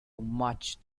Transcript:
much